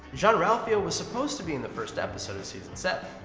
jean-ralphio was supposed to be in the first episode of season seven.